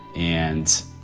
and,